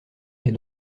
est